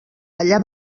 allà